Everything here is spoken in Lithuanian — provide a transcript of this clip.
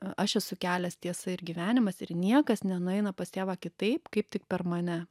aš esu kelias tiesa ir gyvenimas ir niekas nenueina pas tėvą kitaip kaip tik per mane